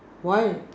why